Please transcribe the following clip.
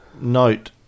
note